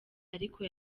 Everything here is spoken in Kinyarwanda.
ariko